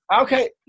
Okay